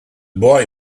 boy